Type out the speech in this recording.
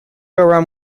around